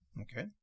Okay